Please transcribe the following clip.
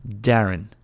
darren